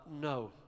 No